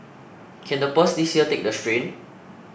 can the purse this year take the strain